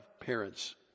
parents